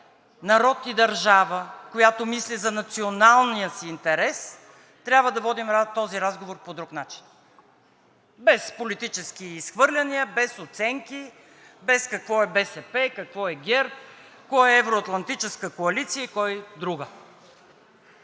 народ и държава, която мисли за националния си интерес, трябва да водим този разговор по друг начин, без политически изхвърляния, без оценки, без какво е БСП, какво е ГЕРБ, кой е в евроатлантическа коалиция и кой – в друга!